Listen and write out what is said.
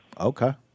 Okay